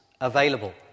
available